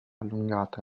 allungata